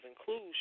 Inclusion